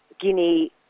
Guinea